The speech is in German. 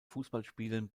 fußballspielen